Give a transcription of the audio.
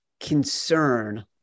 concern